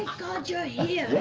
god you're here!